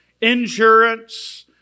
insurance